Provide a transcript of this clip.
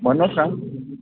भन्नुहोस् न